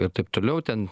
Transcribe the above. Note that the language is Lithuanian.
ir taip toliau ten